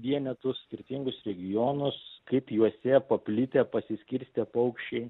vienetus skirtingus regionus kaip juose paplitę pasiskirstę paukščiai